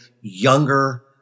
younger